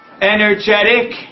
energetic